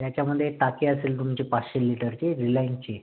त्याच्यामध्ये टाकी असेल तुमची पाचशे लिटरची रिलायन्सची